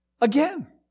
Again